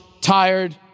tired